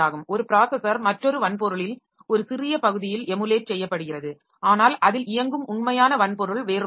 ஒரு ப்ராஸஸர் மற்றொரு வன்பொருளில் ஒரு சிறிய பகுதியில் எமுலேட் செய்யப்படுகிறது ஆனால் அதில் இயங்கும் உண்மையான வன்பொருள் வேறுபட்டது